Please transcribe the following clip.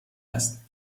است